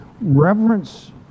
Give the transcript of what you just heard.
reverence